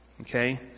Okay